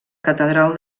catedral